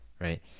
right